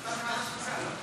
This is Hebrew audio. תודה רבה.